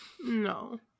No